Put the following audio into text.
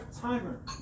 timer